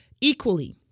equally